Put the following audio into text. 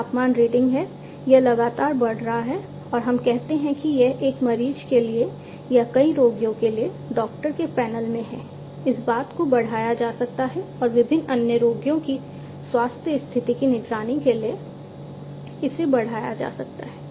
यह तापमान रीडिंग है यह लगातार बढ़ रहा है और हम कहते हैं कि यह एक मरीज के लिए या कई रोगियों के लिए डॉक्टरों के पैनल में है इस बात को बढ़ाया जा सकता है और विभिन्न अन्य रोगियों की स्वास्थ्य स्थिति की निगरानी के लिए इसे बढ़ाया जा सकता है